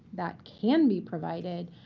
that can be provided.